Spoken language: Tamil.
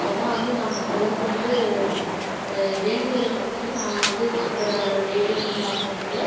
ஏன்னா வந்து நாங்கள் அந்தளவுக்கு வந்து ஒரு வேண்டுதல் பண்ணிட்டு நான் வந்து டெய்லியும் வந்து சாப்பிட்றதுனால